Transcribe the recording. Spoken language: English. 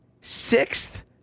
sixth